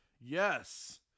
yes